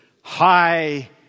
high